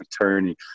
attorney